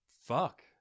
fuck